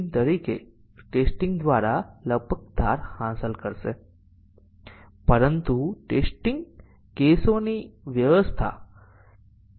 તેથી short circuit મૂલ્યાંકનને કારણે તમારે 32 નો ઉપયોગ કરવાની જરૂર નથી